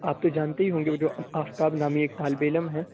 آپ تو جانتے ہی ہوں گے وہ جو آفتاب نامی ایک طالب علم ہے